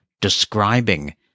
describing